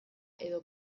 edo